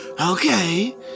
Okay